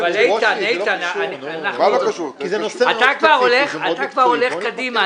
איתן, אתה כבר הולך קדימה.